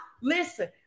Listen